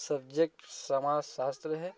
subject समाजशास्त्र है